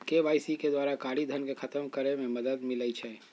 KYC के द्वारा कारी धन के खतम करए में मदद मिलइ छै